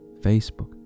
Facebook